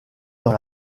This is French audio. dans